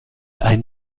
ein